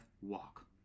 walk